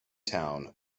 town